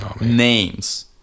names